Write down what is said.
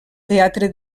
teatre